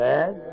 Bad